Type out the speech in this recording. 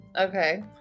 Okay